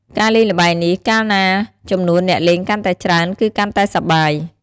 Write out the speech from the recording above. ការលេងល្បែងនេះ កាលណាចំនួនអ្នកលេងកាន់តែច្រើនគឺ កាន់តែសប្បាយ។